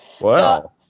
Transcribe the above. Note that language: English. Wow